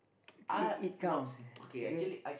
it it counts okay